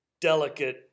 delicate